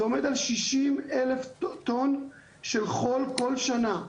זה עומד על ששים אלף טון של חול כל שנה.